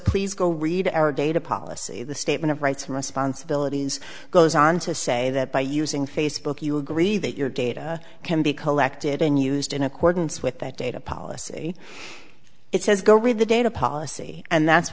please go read our data policy the statement of rights and responsibilities goes on to say that by using facebook you agree that your data can be collected and used in accordance with that data policy it says go read the data policy and that's